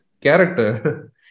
character